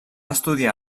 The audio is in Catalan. estudiar